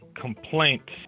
complaints